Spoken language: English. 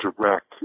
direct